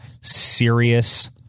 serious